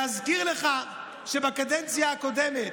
להזכיר לך שבקדנציה הקודמת,